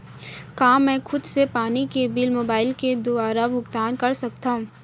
का मैं खुद से पानी के बिल मोबाईल के दुवारा भुगतान कर सकथव?